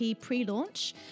pre-launch